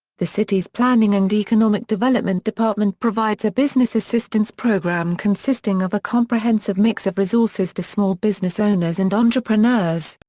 the city's planning and economic development department provides a business assistance program consisting of a comprehensive mix of resources to small business owners and entrepreneurs.